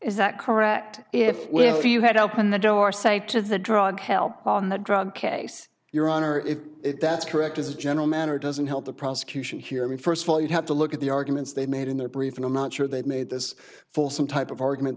is that correct if live if you had opened the door say to the drug help on the drug case your honor if that's correct as a general matter doesn't help the prosecution here i mean first of all you have to look at the arguments they made in their brief and i'm not sure they've made this full some type of argument